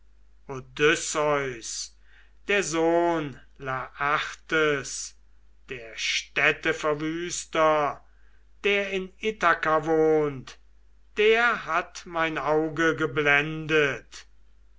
laertes der städteverwüster der in ithaka wohnt der hat mein auge geblendet